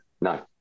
No